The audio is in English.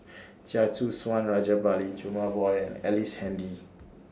Chia Choo Suan Rajabali Jumabhoy Ellice Handy